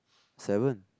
seven